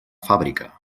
fàbrica